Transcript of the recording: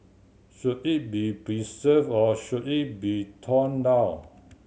should it be preserved or should it be torn down